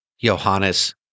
Johannes